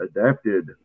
adapted